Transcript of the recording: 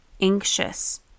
anxious